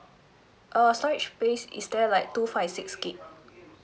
uh storage base is there like two five six gig